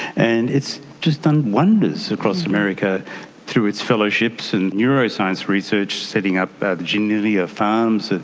and it's just done wonders across america through its fellowships and neuroscience research, setting up the janelia farm, so